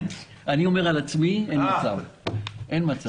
אין לזה